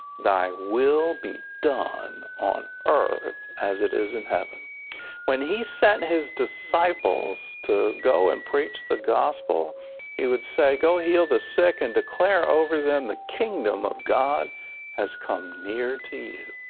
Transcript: they will be done on earth as it is in heaven when he sent his disciples to go and preach the gospel he would say, go heal the sick and declare over them the kingdom of god has come near to you.